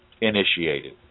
initiated